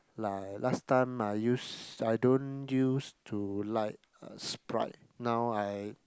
like last time I use I don't use to like Sprite now I